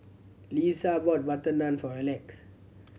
Liza bought butter naan for Alex